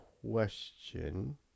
question